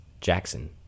Jackson